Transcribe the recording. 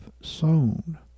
sown